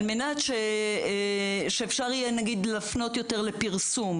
על מנת שאפשר יהיה להפנות יותר לפרסום,